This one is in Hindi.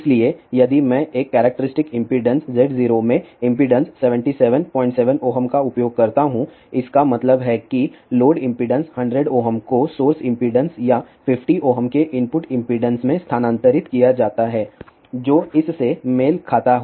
इसलिए यदि मैं एक कैरेक्टरिस्टिक इम्पीडेंस Z0 में इम्पीडेंस 777 Ω का उपयोग करता हूं इसका मतलब है कि लोड इम्पीडेंस 100 Ω को सोर्स इम्पीडेंस या 50 Ω के इनपुट इम्पीडेंस में स्थानांतरित किया जाता है जो इस से मेल खाता होगा